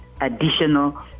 additional